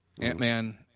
Ant-Man